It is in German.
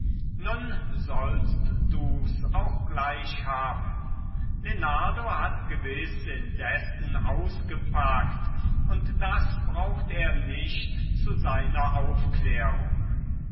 nun sollst du's auch gleich haben lenardo hat gewiß indessen ausgepackt und das braucht er nicht zu seiner aufklärung